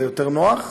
זה יותר נוח?